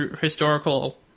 historical